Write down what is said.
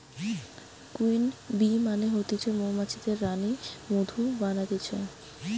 queen bee মানে হতিছে মৌমাছিদের রানী মধু বানাতিছে